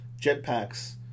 jetpacks